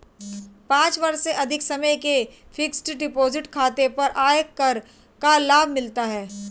पाँच वर्ष से अधिक समय के फ़िक्स्ड डिपॉज़िट खाता पर आयकर का लाभ मिलता है